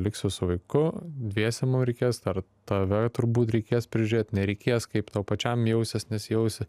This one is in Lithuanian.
liksiu su vaiku dviese mum reikės dar tave turbūt reikės prižiūrėt nereikės kaip tau pačiam jausies nesijausi